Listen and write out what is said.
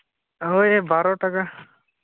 ᱦᱳᱭ ᱵᱟᱨᱚ ᱴᱟᱠᱟ